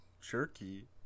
Jerky